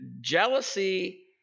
jealousy